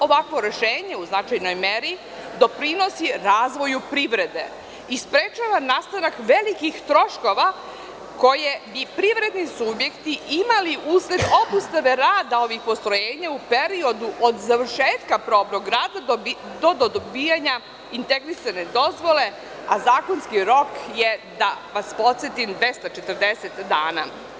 Ovakvo rešenje u značajnoj meri doprinosi razvoju privrede i sprečava nastanak velikih troškova koje bi privredni subjekti imali usled obustave rada tih postrojenja u periodu od završetka probnog rada do dobijanja integrisane dozvole, a zakonski rok je, da vas podsetim, 240 dana.